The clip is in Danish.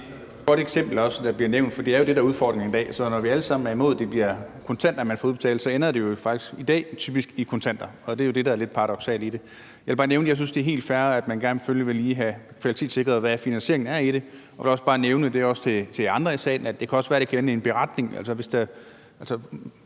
Det er et godt eksempel, der også bliver nævnt, for det er jo det, der er udfordringen i dag. Selv om vi alle sammen er imod, at det bliver kontant, man får det udbetalt, ender det jo faktisk i dag typisk i kontanter. Det er jo det, der er det lidt paradoksale i det. Jeg vil gerne nævne, at jeg synes, det er helt fair, at man selvfølgelig gerne lige vil have kvalitetssikret finansieringen i det. Jeg vil også bare nævne, og det er også til jer andre i salen, at det også kan være, at det kan ende i en beretning.